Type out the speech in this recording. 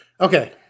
Okay